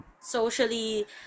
socially